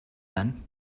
then